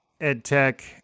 EdTech